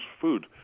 food